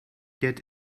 get